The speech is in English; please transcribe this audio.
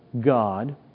God